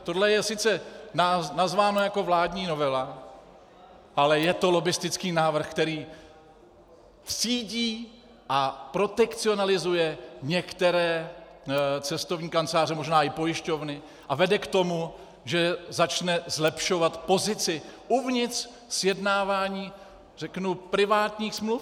Tohle je sice nazváno jako vládní novela, ale je to lobbistický návrh, který třídí a protekcionalizuje některé cestovní kanceláře, možná i pojišťovny a vede k tomu, že začne zlepšovat pozici uvnitř sjednávání privátních smluv.